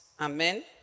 Amen